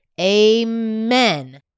amen